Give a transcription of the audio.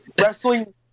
Wrestling